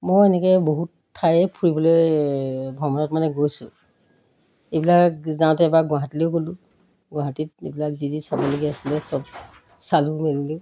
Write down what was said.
মই এনেকৈ বহুত ঠায়ে ফুৰিবলৈ ভ্ৰমণত মানে গৈছোঁ এইবিলাক যাওঁতে এবাৰ গুৱাহাটীলৈও গ'লো গুৱাহাটীত এইবিলাক যি যি চাবলগীয়া আছিলে চব চালোঁ মেলিলোঁ